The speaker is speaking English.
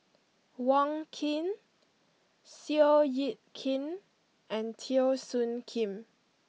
Wong Keen Seow Yit Kin and Teo Soon Kim